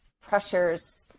pressures